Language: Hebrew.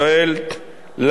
לאו דווקא לנגב.